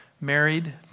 married